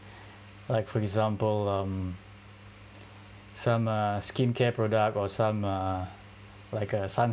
like for example um some uh skincare product or some uh like uh